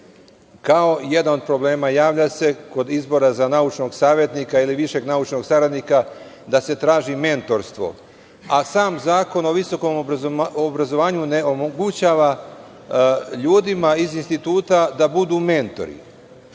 kao jedan od problema javlja se kod izbora za naučnog savetnika ili višeg naučnog saradnika, da se traži mentorstvo, a sam Zakon o visokom obrazovanju ne omogućava ljudima iz instituta da budu mentori. Znači,